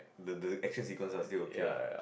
the the action sequence is still okay ah